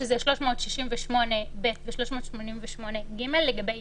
שזה 368ב ו-368ג, לגבי